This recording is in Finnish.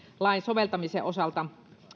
lain soveltamisen osalta